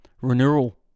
Renewal